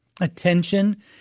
attention